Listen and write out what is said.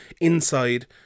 inside